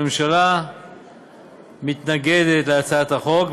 הממשלה מתנגדת להצעת החוק,